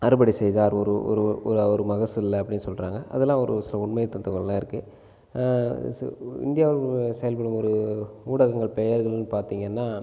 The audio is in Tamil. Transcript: அறுவடை செய்து அது ஒரு ஒரு ஒரு ஒரு ஒரு மகசூலில் அப்படி சொல்கிறாங்க அதெல்லாம் ஒரு சில உண்மை தத்துவங்கல்லா இருக்குது இந்தியாவில் செயல்படும் ஒரு ஊடகங்கள் பெயர்கள்னு பார்த்தீங்கன்னா